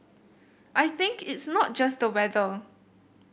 I think it's not just the weather